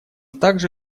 также